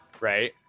right